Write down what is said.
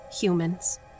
humans